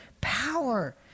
power